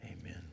Amen